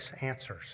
answers